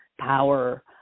power